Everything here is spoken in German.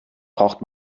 braucht